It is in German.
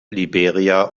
liberia